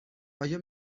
آیا